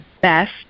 best